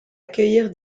accueillir